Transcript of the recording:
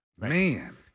Man